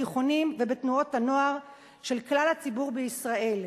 בתיכונים ובתנועות הנוער של כלל הציבור בישראל.